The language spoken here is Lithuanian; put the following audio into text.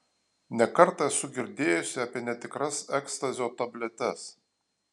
ne kartą esu girdėjusi apie netikras ekstazio tabletes